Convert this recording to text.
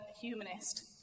humanist